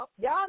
Y'all